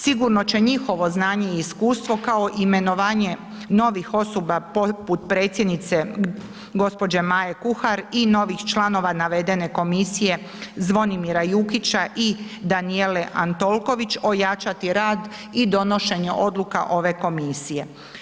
Sigurno će njihovo znanje i iskustvo kao i imenovanje novih osoba poput predsjednice gđe. Maje Kuhar i novih članova komisije, Zvonimira Jukića i Danijele Antolković ojačati rad i donošenje odluka ove komisije.